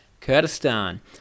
Kurdistan